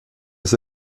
ist